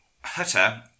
Hutter